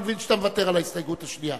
אני מבין שאתה מוותר על ההסתייגות השנייה.